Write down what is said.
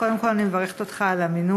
קודם כול אני מברכת אותך על המינוי.